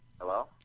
Hello